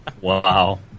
wow